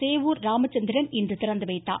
சேவூர் ராமச்சந்திரன் இன்று திறந்துவைத்தார்